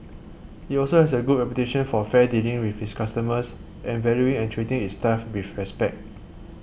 it also has a good reputation for fair dealing with its customers and valuing and treating its staff with respect